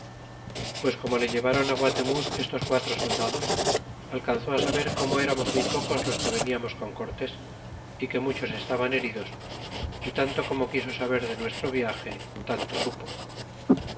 pues como le llevéron guatemuz estos quatro soldados alcanzó saber corno m'amos muy pocos los que veniamos con cortés y que muchos estaban heridos y tanto como quiso saber de nuestro viage tanto supo